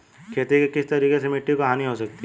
खेती के किस तरीके से मिट्टी की हानि हो सकती है?